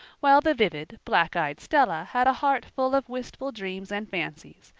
while the vivid, black-eyed stella had a heartful of wistful dreams and fancies,